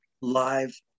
Live